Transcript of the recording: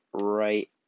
right